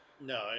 No